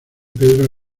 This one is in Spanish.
pedro